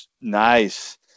nice